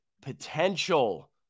potential